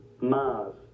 Mars